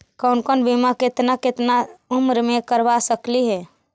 कौन कौन बिमा केतना केतना उम्र मे करबा सकली हे?